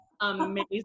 amazing